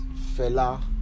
fella